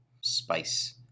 spice